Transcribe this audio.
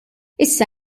issa